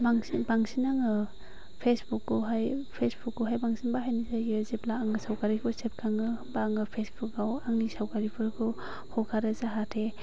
बांसिन बांसिन आङो फेसबुकखौहाय फेसबुखौहाय बांसिन बाहायनाय जायो जेब्ला आङो सावगारिखौ सेबखाङो होमबा आङो पेसबुकआव आंनि सावगारिफोरखौ हगारो जाहाथे